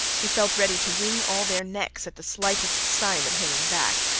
he felt ready to wring all their necks at the slightest sign of hanging back.